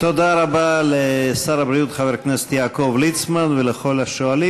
תודה רבה לשר הבריאות חבר הכנסת יעקב ליצמן ולכל השואלים.